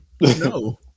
no